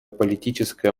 политическое